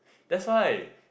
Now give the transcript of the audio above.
that's why